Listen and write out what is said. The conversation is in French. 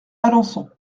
alençon